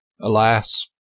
Alas